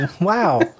Wow